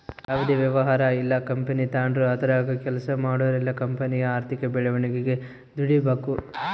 ಯಾವುದೇ ವ್ಯವಹಾರ ಇಲ್ಲ ಕಂಪನಿ ತಾಂಡ್ರು ಅದರಾಗ ಕೆಲ್ಸ ಮಾಡೋರೆಲ್ಲ ಕಂಪನಿಯ ಆರ್ಥಿಕ ಬೆಳವಣಿಗೆಗೆ ದುಡಿಬಕು